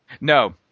No